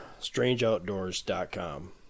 strangeoutdoors.com